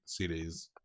CDs